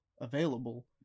available